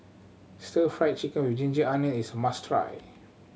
Stir Fried Chicken with ginger onion is a must try